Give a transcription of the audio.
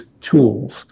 tools